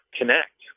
connect